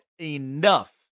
enough